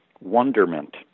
wonderment